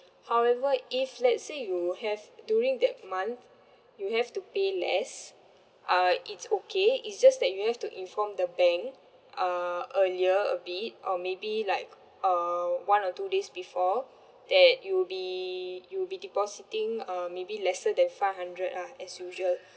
however if let's say you have during that month you have to pay less uh it's okay it's just that you have to inform the bank uh earlier a bit or maybe like uh one or two days before that you'll be you'll be depositing um maybe lesser than five hundred lah as usual